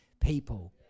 people